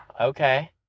Okay